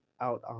out